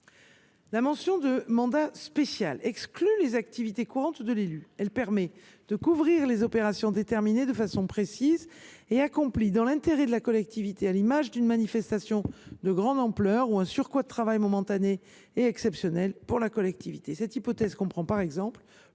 La mention de ce mandat spécial exclut les activités courantes de l’élu. Elle permet de couvrir des opérations déterminées de façon précise et accomplies dans l’intérêt de la collectivité, par exemple une manifestation de grande ampleur ou un surcroît de travail momentané et exceptionnel pour la collectivité. Cette hypothèse comprend, par exemple,